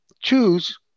choose